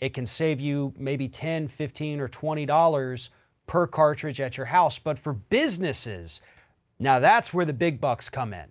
it can save you maybe ten dollars, fifteen or twenty dollars per cartridge at your house. but for businesses now, that's where the big bucks come in